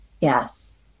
Yes